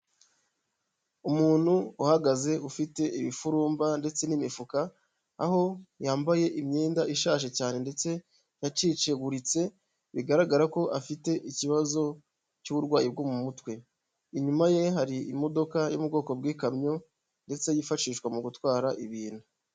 Umuntu uhagaze ufite ibifurumba ndetse n'imifuka, aho yambaye imyenda ishaje cyane ndetse yaciceguritse bigaragara ko afite ikibazo cy'uburwayi bwo mu mutwe, inyuma ye hari imodoka yo mu bwoko bw'ikamyo ndetse yifashishwa mu gutwara ibintu.